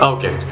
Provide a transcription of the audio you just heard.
Okay